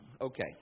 Okay